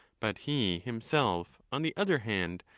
but he himself, on the other hand,